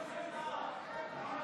שירותים ותרופות בסבסוד מלא